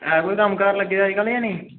आहो कम्म काज़ लग्गे दा नेईं